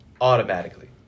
automatically